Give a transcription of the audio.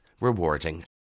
rewarding